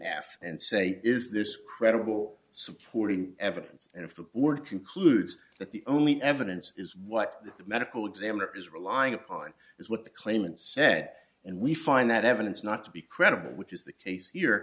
after and say is this credible supporting evidence and if the word concludes that the only evidence is what the medical examiner is relying upon is what the claimant said and we find that evidence not to be credible which is the case here